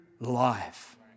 life